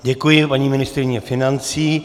Děkuji paní ministryni financí.